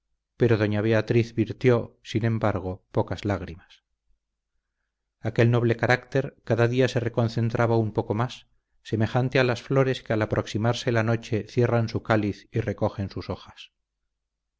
pero doña beatriz virtió sin embargo pocas lágrimas aquel noble carácter cada día se reconcentraba un poco más semejante a las flores que al aproximarse la noche cierran su cáliz y recogen sus hojas